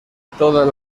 todas